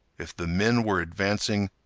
if the men were advancing,